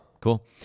Cool